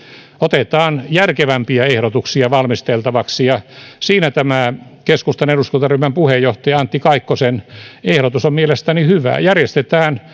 otetaan järkevämpiä ehdotuksia valmisteltavaksi ja siinä tämä keskustan eduskuntaryhmän puheenjohtaja antti kaikkosen ehdotus on mielestäni hyvä järjestetään